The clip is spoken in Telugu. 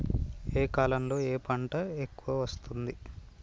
ఏ కాలంలో ఏ పంట ఎక్కువ వస్తోంది?